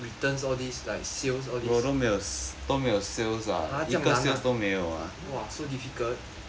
returns all these like sales all these !huh! 这样难啊 !wah! so difficult